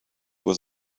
was